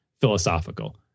philosophical